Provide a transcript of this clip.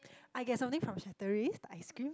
I get something from Chateraise the ice cream